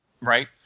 right